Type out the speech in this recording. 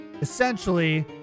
Essentially